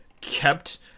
kept